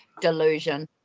delusion